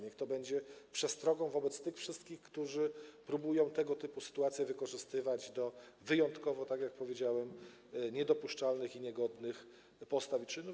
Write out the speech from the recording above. Niech to będzie przestrogą dla tych wszystkich, którzy próbują tego typu sytuacje wykorzystywać do wyjątkowo, tak jak powiedziałem, niedopuszczalnych i niegodnych postaw i czynów.